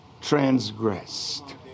transgressed